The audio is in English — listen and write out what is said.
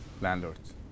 landlords